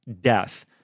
death